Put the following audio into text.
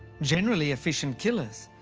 generally efficient killers,